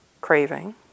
craving